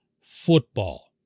football